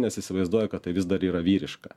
nes įsivaizduoja kad tai vis dar yra vyriška